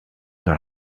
dans